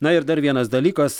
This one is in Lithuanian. na ir dar vienas dalykas